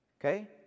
Okay